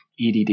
EDD